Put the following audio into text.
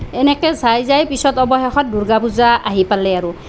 এনেকৈ যাই যাই পিছত অৱশেষত দুৰ্গা পূজা আহি পালে আৰু